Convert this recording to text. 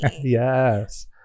Yes